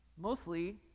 mostly